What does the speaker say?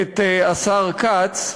את השר כץ,